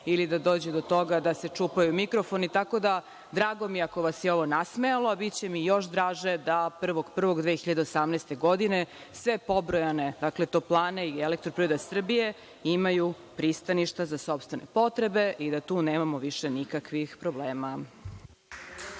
ili da dođe do toga da se čupaju mikrofoni, tako da mi je drago ako vas je ovo nasmejalo, a biće mi još draže da 1.1.2018. godine sve pobrojane „Toplane“ i „Elektroprivreda Srbije“ imaju pristaništa za sopstvene potrebe i da tu nemamo više nikakvih problema.